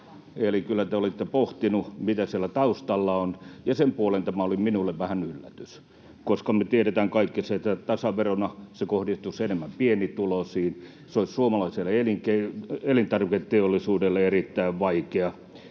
Eli kyllä te olitte pohtinut, mitä siellä taustalla on, ja sen puoleen tämä oli minulle vähän yllätys, koska me tiedetään kaikki, että tasaverona se kohdistuisi enemmän pienituloisiin, se olisi suomalaiselle elintarviketeollisuudelle erittäin vaikea,